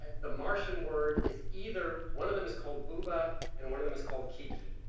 ah the martian word is either, one of them is called bouba and one of them is called kiki.